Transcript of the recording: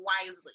wisely